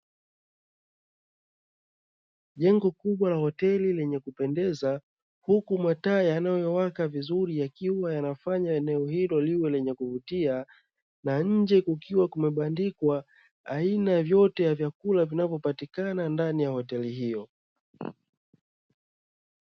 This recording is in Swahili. Jengo kubwa la hoteli lenye kupendeza huku mataa yanayowaka vizuri yakiwa yanafanya eneo hilo liwe lenye kuvutia, na nje kukiwa kumebandikwa aina vyote ya vyakula vinavyopatikana ndani ya hoteli hiyo.